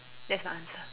that's my answer